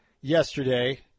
yesterday